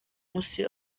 nkusi